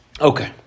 Okay